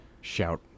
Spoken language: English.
shout